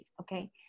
okay